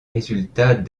résultats